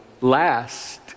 last